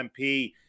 MP